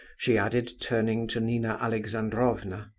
she added, turning to nina alexandrovna.